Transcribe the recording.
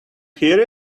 hear